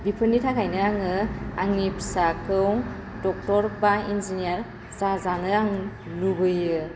बेफोरनि थाखायनो आङो आंनि फिसाखौ डक्टर बा इन्जिनियार जाजानो आं लुबैयो